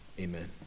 Amen